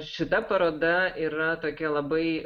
šita paroda yra tokia labai